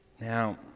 Now